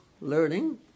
learning